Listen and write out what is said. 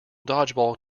dodgeball